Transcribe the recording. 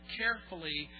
carefully